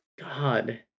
God